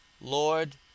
Lord